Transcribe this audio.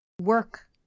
work